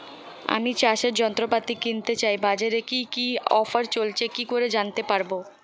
আমি চাষের যন্ত্রপাতি কিনতে চাই বাজারে কি কি অফার চলছে কি করে জানতে পারবো?